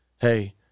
hey